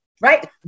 right